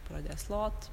pradės lot